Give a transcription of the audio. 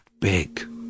big